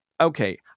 Okay